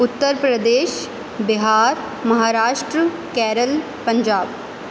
Uttar Pradesh Bihar Maharashtra Kerala Punjab